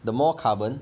the more carbon